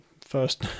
first